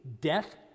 death